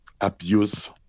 abuse